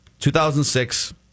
2006